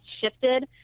shifted